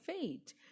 fate